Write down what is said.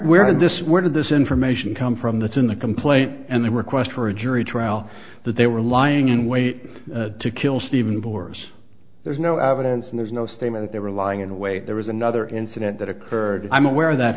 this where did this information come from that's in the complaint and the request for a jury trial that they were lying in wait to kill stephen bourse there's no evidence and there's no statement they were lying in wait there was another incident that occurred i'm aware that